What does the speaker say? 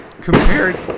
Compared